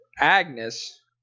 Agnes